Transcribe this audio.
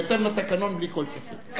בהתאם לתקנון, בלי כל ספק.